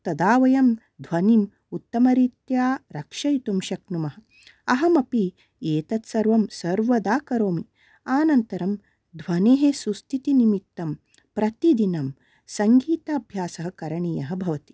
तदा वयं ध्वनि उत्तमरीत्या रक्षयितुं शक्नुमः अहमपि एतत् सर्वं सर्वदा करोमि आनन्तरं ध्वनेः सुस्थितिनिमित्तं प्रतिदिनं सङ्गीताभ्यासः करणीयः भवति